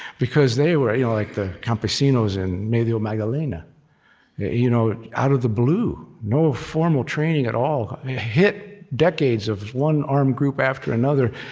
because they were yeah like the campesinos in medio magdalena you know out of the blue, no formal training at all, it hit decades of one armed group after another.